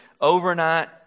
overnight